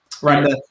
Right